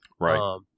Right